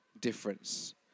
difference